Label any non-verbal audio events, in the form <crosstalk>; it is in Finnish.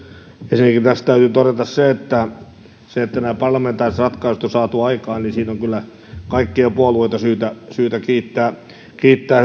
ensinnäkin tästä täytyy todeta se että kun nämä parlamentaariset ratkaisut on saatu aikaan niin siitä hyvästä yhteistyöstä on kyllä kaikkia puolueita syytä syytä kiittää kiittää <unintelligible>